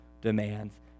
demands